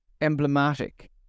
emblematic